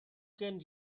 can